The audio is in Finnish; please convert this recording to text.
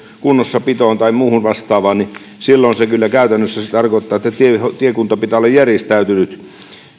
kunnossapitoon tai muuhun vastaavaan niin silloin se kyllä käytännössä tarkoittaa että tiekunnan pitää olla järjestäytynyt